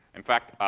in fact,